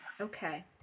Okay